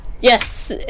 Yes